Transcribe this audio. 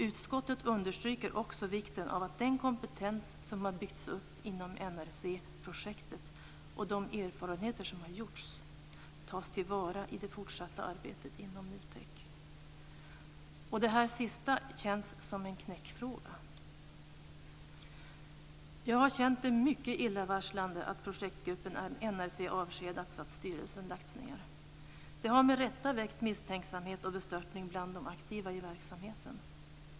Utskottet understryker också vikten av att den kompetens som har byggts upp inom NRC-projektet och de erfarenheter som har gjorts tas till vara i det fortsatta arbetet inom NUTEK. Det sista känns som en knäckfråga. Jag har känt att det har varit mycket illavarslande att projektgruppen NRC avskedats och att styrelsen har lagts ned. Det har med rätta väckt misstänksamhet och bestörtning bland de aktiva i verksamheten.